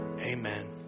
Amen